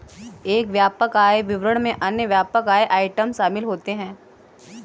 एक व्यापक आय विवरण में अन्य व्यापक आय आइटम शामिल होते हैं